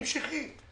המשכי?